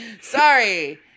Sorry